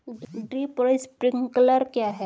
Drip और sprinkler क्या हैं?